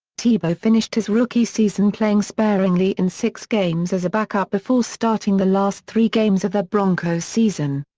tebow finished his rookie season playing sparingly in six games as a back-up before starting the last three games of the broncos' season.